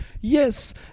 Yes